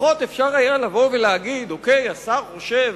לפחות אפשר היה לבוא ולהגיד: אוקיי, השר חושב